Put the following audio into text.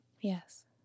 Yes